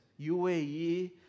UAE